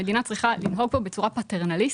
המדינה צריכה לנהוג כאן בצורה פטרנליסטית,